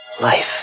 life